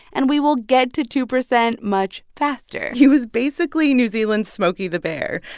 and we will get to two percent much faster he was basically new zealand's smokey the bear.